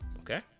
okay